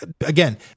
Again